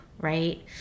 right